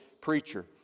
preacher